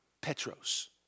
Petros